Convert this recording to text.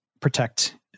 protect